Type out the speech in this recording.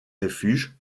refuges